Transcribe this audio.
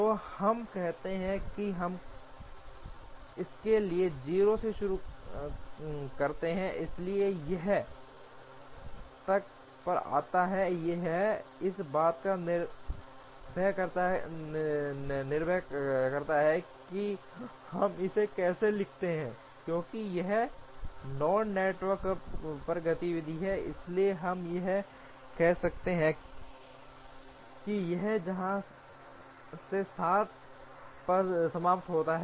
तो हम कहते हैं कि हम इसके लिए 0 से शुरू करते हैं इसलिए यह 7 पर आता है यह इस बात पर निर्भर करता है कि हम इसे कैसे लिखते हैं क्योंकि यह नोड नेटवर्क पर गतिविधि है इसलिए हम कह सकते हैं कि यह यहाँ से 7 पर समाप्त होता है